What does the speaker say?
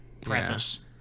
preface